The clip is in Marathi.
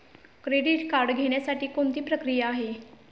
क्रेडिट कार्ड घेण्यासाठी कोणती प्रक्रिया आहे?